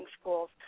schools